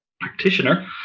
practitioner